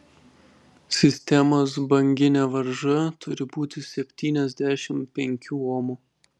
sistemos banginė varža turi būti septyniasdešimt penkių omų